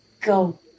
go